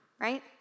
right